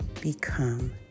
become